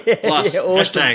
plus